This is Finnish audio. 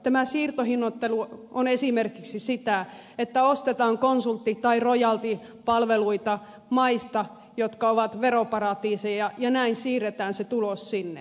tämä siirtohinnoittelu on esimerkiksi sitä että ostetaan konsultti tai rojaltipalveluita maista jotka ovat veroparatiiseja ja näin siirretään se tulos sinne